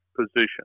position